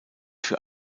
für